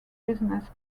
business